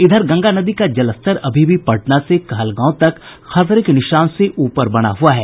इधर गंगा नदी का जलस्तर अभी भी पटना से कहलगांव तक खतरे के निशान से ऊपर बना हुआ है